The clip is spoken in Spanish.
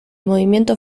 movimiento